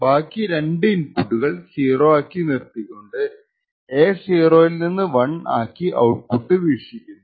ബാക്കി രണ്ടു ഇൻപുട്ട്കൾ 0 ആക്കി നിർത്തിക്കൊണ്ട് എ 0 യിൽനിന്ന് 1 ആക്കി ഔട്ട്പുട്ട് വീക്ഷിക്കുന്നു